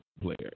player